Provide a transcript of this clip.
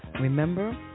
Remember